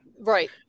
Right